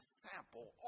sample